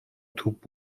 توپ